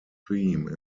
theme